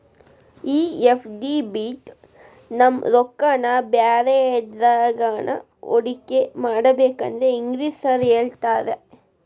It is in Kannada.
ಈ ಎಫ್.ಡಿ ಬಿಟ್ ನಮ್ ರೊಕ್ಕನಾ ಬ್ಯಾರೆ ಎದ್ರಾಗಾನ ಹೂಡಿಕೆ ಮಾಡಬೇಕಂದ್ರೆ ಹೆಂಗ್ರಿ ಸಾರ್ ಹೇಳ್ತೇರಾ?